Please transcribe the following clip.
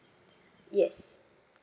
yes